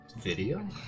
Video